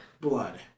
Blood